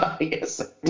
Yes